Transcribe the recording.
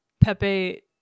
Pepe